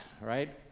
right